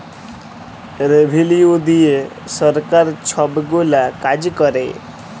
revenue দিঁয়ে সরকার ছব গুলা কাজ ক্যরে